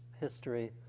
history